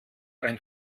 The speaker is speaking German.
ein